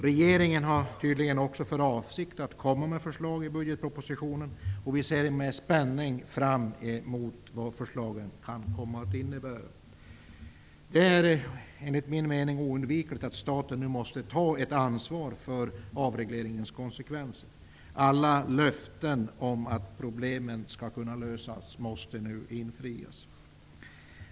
Regeringen har tydligen också för avsikt att komma med förslag i budgetpropositionen. Vi ser med spänning fram mot vad förslagen kan komma att innebära. Det är, enligt min mening, oundvikligt att staten nu måste ta ett ansvar för avregleringens konsekvenser. Alla löften om att problemen skall kunna lösas måste nu infrias.